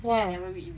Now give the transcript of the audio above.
!wah!